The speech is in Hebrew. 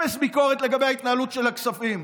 אפס ביקורת לגבי ההתנהלות של הכספים.